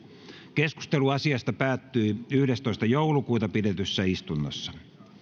keskustelu asiasta päättyi yhdestoista kahdettatoista kaksituhattayhdeksäntoista pidetyssä täysistunnossa